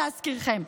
להזכירכן.